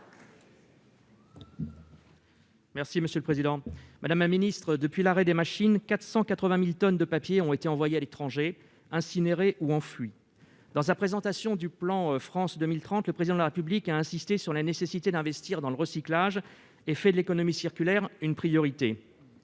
Marie, pour la réplique. Madame la ministre, depuis l'arrêt des machines, 480 000 tonnes de papier ont été envoyées à l'étranger, incinérées ou enfouies. Dans sa présentation du plan France 2030, le Président de la République a insisté sur la nécessité d'investir dans le recyclage et il a fait de l'économie circulaire une priorité.